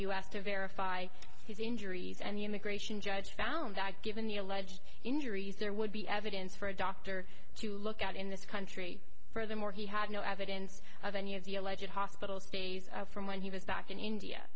us to verify his injuries and the immigration judge found out given the alleged injuries there would be evidence for a doctor to look at in this country furthermore he had no evidence of any of the alleged hospital stays from when he was back in india